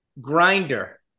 grinder